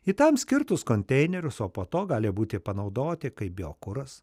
į tam skirtus konteinerius o po to gali būti panaudoti kaip biokuras